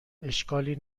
اشکالی